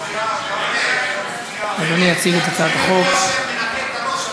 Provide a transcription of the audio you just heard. חדר-כושר מנקה את הראש,